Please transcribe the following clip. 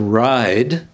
ride